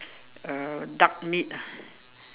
uh duck meat ah